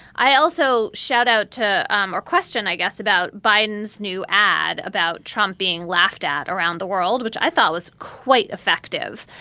i also shout out to um our question, i guess, about biden's new ad about trump being laughed at around the world, which i thought was quite effective.